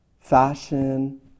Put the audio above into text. fashion